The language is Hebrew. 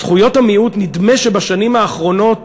זכויות המיעוט, נדמה שבשנים האחרונות